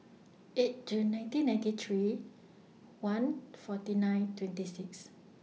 eight June nineteen ninety three one forty nine twenty six